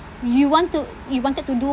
you want to you wanted to do